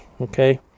okay